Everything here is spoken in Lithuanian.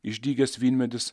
išdygęs vynmedis